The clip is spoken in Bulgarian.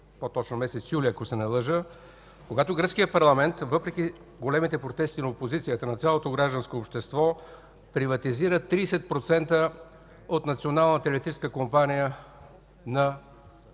по-точно месец юли, когато гръцкият парламент, въпреки големите протести на опозицията, на цялото гражданско общество, приватизира 30% от Националната електрическа компания на Гърция?